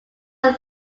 are